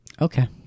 Okay